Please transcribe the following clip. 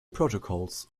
protocols